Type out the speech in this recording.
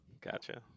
Gotcha